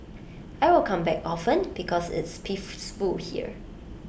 I'll come back often because it's here